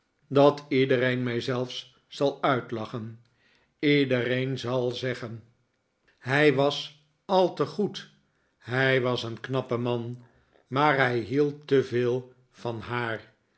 dat iedereen mij zelfs zal uitlachen iedereen zal zeggen hij was al te goed hij was een knappe man maar hij hield te veel van haar